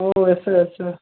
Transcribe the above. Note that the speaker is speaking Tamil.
O yes sir yes sir